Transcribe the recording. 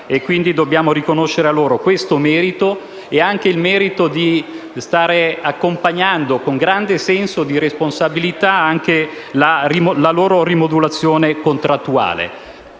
Dobbiamo quindi riconoscere loro questo merito e anche quello di accompagnare con grande senso di responsabilità anche la loro rimodulazione contrattuale.